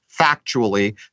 factually